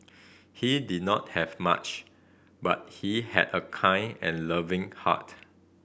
he did not have much but he had a kind and loving heart